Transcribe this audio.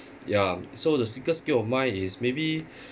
ya so the secret skill of mine is maybe